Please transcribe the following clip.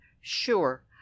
Sure